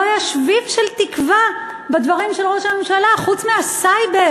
לא היה שביב של תקווה בדברים של ראש הממשלה חוץ מהסייבר.